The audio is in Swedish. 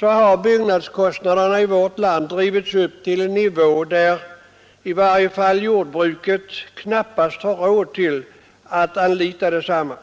har byggnadskostnaderna i vårt land drivits upp till en sådan nivå att i varje fall jordbruket knappast har råd att anlita denna verksamhet.